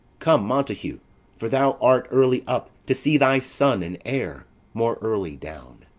come, montague for thou art early up to see thy son and heir more early down.